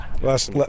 Last